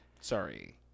Sorry